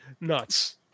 nuts